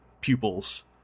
pupils